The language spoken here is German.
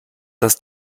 das